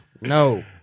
No